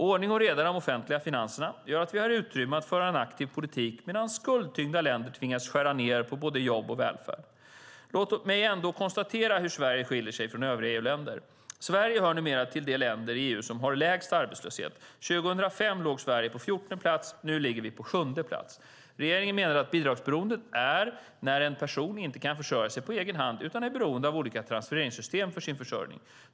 Ordning och reda i de offentliga finanserna gör att vi har utrymme att föra en aktiv politik medan skuldtyngda länder tvingas skära ned på jobb och välfärd. Låt mig ändå konstatera hur Sverige skiljer sig från övriga EU-länder. Sverige hör numera till de länder i EU som har lägst arbetslöshet. År 2005 låg Sverige på 14:e plats; nu ligger vi på 7:e plats. Regeringen menar att bidragsberoende är när en person inte kan försörja sig på egen hand utan är beroende av olika transfereringssystem för sin försörjning.